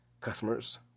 Customers